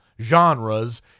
genres